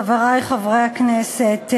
חברי חברי הכנסת,